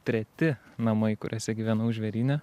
treti namai kuriuose gyvenau žvėryne